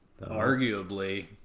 Arguably